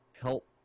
help